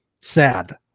Sad